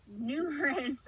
numerous